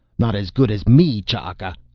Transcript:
not as good as me, ch'aka!